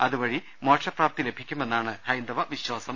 അതുവഴി മോക്ഷപ്രാപ്തി ലഭിക്കുമെന്നാണ് ഹൈന്ദവ വിശ്വാസം